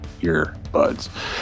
earbuds